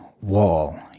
wall